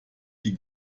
die